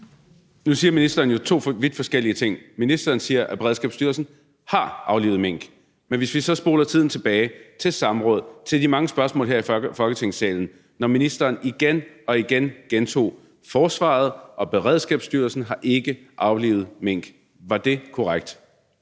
Nu siger ministeren jo to vidt forskellige ting. Ministeren siger, at Beredskabsstyrelsen har aflivet mink. Men lad os så spole tiden tilbage til samrådet og de mange spørgsmål her i Folketingssalen, hvor ministeren igen og igen gentog: Forsvaret og Beredskabsstyrelsen har ikke aflivet mink. Var det korrekt?